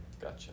Gotcha